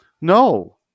No